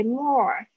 more